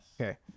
Okay